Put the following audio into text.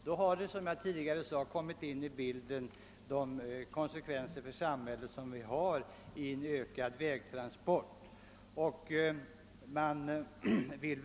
Konsekvenserna för samhället av de ökade vägtransporterna har då, som jag tidigare framhållit, alltmer kommit in i bilden.